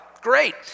Great